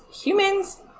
humans